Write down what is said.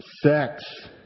Sex